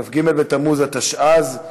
כ"ג בתמוז התשע"ז,